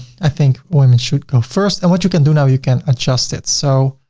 i think women should go first and what you can do now you can adjust it. so,